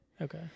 Okay